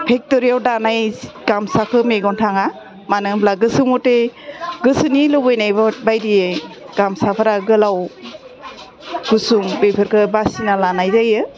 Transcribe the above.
फेक्ट'रियाव दानाय गामसाखौ मेगन थाङा मानो होनब्ला गोसो मथे गोसोनि लुबैनाय बायदियै गामसाफ्रा गोलाव गुसुं बेफोरखौ बासिना लानाय जायो